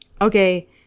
Okay